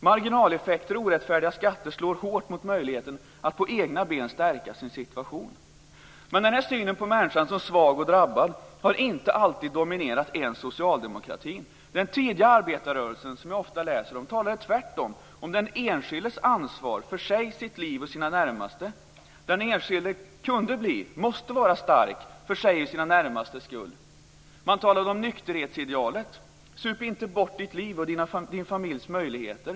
Marginaleffekter och orättfärdiga skatter slår hårt mot möjligheten att på egna ben stärka sin situation. Den här synen på människan som svag och drabbad har inte alltid dominerat ens socialdemokratin. Den tidiga arbetarrörelsen, som jag ofta läser om, talade tvärtom om den enskildes ansvar för sig, sitt liv och sina närmaste. Den enskilde kunde bli, måste vara, stark för sin egen och sina närmastes skull. Man talade om nykterhetsidealet: Sup inte bort ditt liv och din familjs möjligheter!